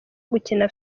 gukina